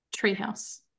Treehouse